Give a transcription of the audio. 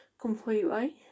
completely